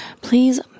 please